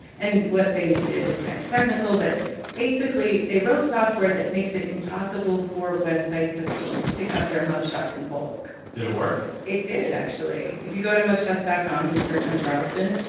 and what they did is kind of technical. but basically, they wrote software that makes it impossible for websites to just pick up their mug shots in bulk did it work? it did, actually. if you go to mugshots dot com and you search on charleston,